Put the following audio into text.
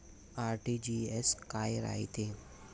RTGS काय रायते?